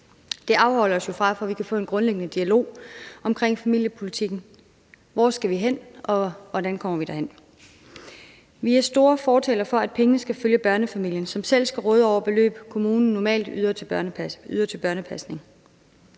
Det afholder os jo fra, at vi kan få en grundlæggende dialog omkring familiepolitikken: Hvor skal vi hen, og hvordan kommer vi derhen? Vi er store fortalere for, at pengene skal følge børnefamilien, som selv skal råde over det beløb, kommunen normalt yder til børnepasning.